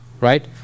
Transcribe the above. right